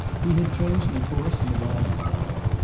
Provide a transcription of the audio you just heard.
he had chosen a course and abided by it.